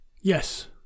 Yes